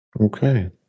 Okay